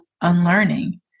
unlearning